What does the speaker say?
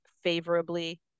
favorably